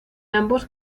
ambos